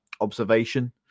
observation